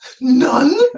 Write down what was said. None